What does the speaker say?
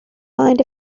mind